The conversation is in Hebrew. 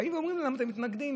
באים ואומרים לנו: אתם מתנגדים,